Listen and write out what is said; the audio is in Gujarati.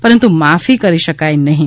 પરંતુ માફી કરી શકાય નહીં